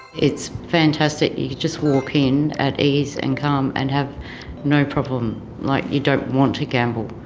it's fantastic, you just walk in, at ease and calm, and have no problem. like you don't want to gamble.